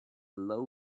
low